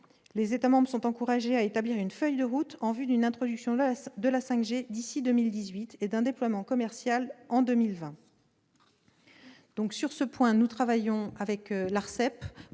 Les États membres sont encouragés à établir une feuille de route en vue d'une introduction de la 5G d'ici à la fin de 2018 et d'un déploiement commercial en 2020. Sur ce point, nous travaillons avec l'ARCEP,